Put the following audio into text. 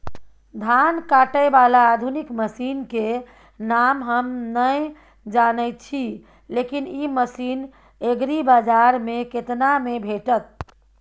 धान काटय बाला आधुनिक मसीन के नाम हम नय जानय छी, लेकिन इ मसीन एग्रीबाजार में केतना में भेटत?